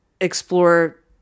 explore